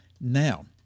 now